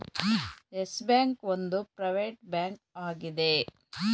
Yes Bank ಒಂದು private bank ಆಗಿದೆ